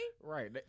Right